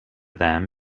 them